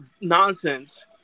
Nonsense